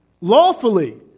lawfully